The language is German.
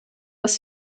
dass